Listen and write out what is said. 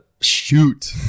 shoot